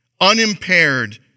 unimpaired